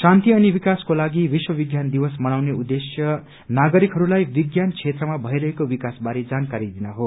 शान्ति अनि विकासको लागि विश्व विज्ञान दिवस मनाउने उद्देश्य नागरिकहरूलाई विज्ञान क्षेत्रमा भइरहेको विकास बारे जानकारी दिन हो